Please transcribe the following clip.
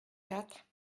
quatre